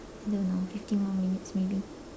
I don't know fifteen more minutes maybe